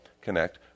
connect